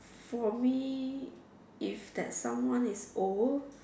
for me if that someone is old